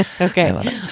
okay